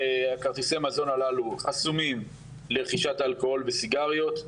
כרטיסי המזון הללו חסומים לרכישת אלכוהול וסיגריות.